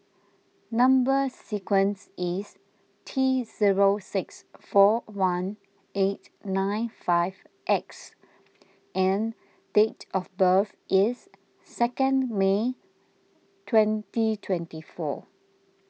Number Sequence is T zero six four one eight nine five X and date of birth is second May twenty twenty four